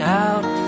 out